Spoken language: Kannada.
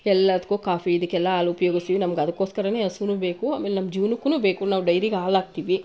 ಎಲ್ಲದಕ್ಕೂ ಕಾಫಿ ಇದಕ್ಕೆಲ್ಲಾ ಹಾಲು ಉಪಯೋಗಿಸ್ತೀವಿ ನಮ್ಗೆ ಅದಕ್ಕೋಸ್ಕರವೇ ಹಸುನೂ ಬೇಕು ಆಮೇಲೆ ನಮ್ಮ ಜೀವ್ನಕ್ಕೂ ಬೇಕು ನಾವು ಡೈರಿಗೆ ಹಾಲು ಹಾಕ್ತೀವಿ